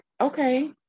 Okay